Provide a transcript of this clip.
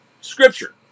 scripture